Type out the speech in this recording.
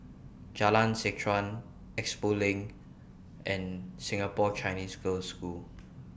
Jalan Seh Chuan Expo LINK and Singapore Chinese Girls' School